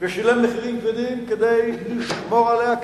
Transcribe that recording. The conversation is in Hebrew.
ושילם מחירים כבדים כדי לשמור עליה,